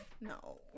no